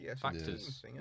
factors